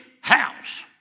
house